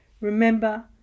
Remember